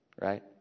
right